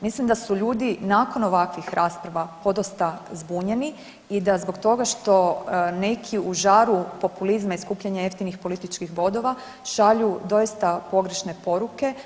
Mislim da su ljudi nakon ovakvih rasprava podosta zbunjeni i da zbog toga što neki u žaru populizma i skupljanja jeftinih političkih bodova šalju doista pogrešne poruke.